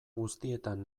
guztietan